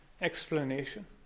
explanation